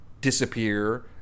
disappear